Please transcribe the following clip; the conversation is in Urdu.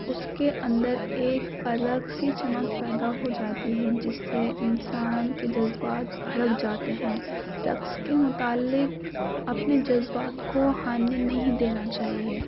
اس کے اندر ایک الگ سی چمک پیدا ہو جاتی ہے جس سے انسان کے جذبات بھڑک جاتے ہیں رقص کے متعلق اپنے جذبات کو ہارنے نہیں دینا چاہیے